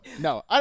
No